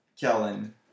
Kellen